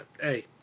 Hey